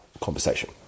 conversation